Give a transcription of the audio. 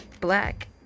black